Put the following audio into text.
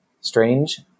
strange